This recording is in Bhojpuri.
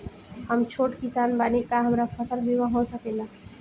हम छोट किसान बानी का हमरा फसल बीमा हो सकेला?